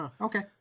okay